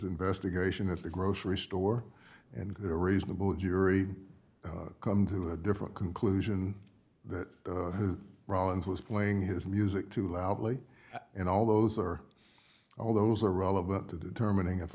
investigation at the grocery store and get a reasonable jury come to a different conclusion that rollins was playing his music too loudly and all those are all those are relevant to determining